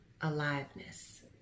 aliveness